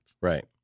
Right